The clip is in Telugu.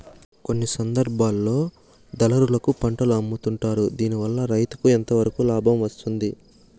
కొన్ని సందర్భాల్లో దళారులకు పంటలు అమ్ముతుంటారు దీనివల్ల రైతుకు ఎంతవరకు లాభం వస్తుంది?